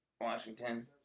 Washington